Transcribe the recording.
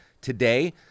today